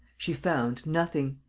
she found nothing.